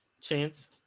Chance